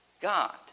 God